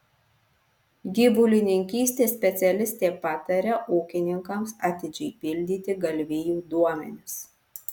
gyvulininkystės specialistė pataria ūkininkams atidžiai pildyti galvijų duomenis